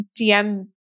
DM